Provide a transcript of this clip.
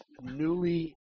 newly